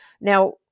now